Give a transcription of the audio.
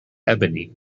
ebony